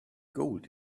gold